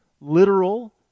literal